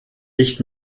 nicht